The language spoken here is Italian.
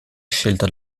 scelta